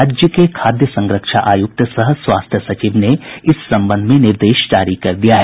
राज्य के खाद्य संरक्षा आयुक्त सह स्वास्थ्य सचिव ने इस संबंध में निर्देश जारी कर दिया है